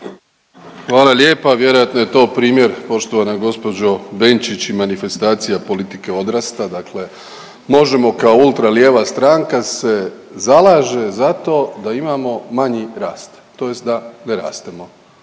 Hvala lijepa. Vjerojatno je to primjer poštovana gospođo Benčić i manifestacija politike odrasta, dakle MOŽEMO kao ultra lijeva stranka se zalaže za to da imamo manji rast, tj. da rastemo.